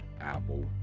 apple